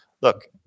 look